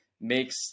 makes